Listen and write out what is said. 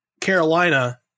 Carolina